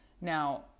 Now